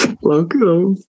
Welcome